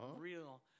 real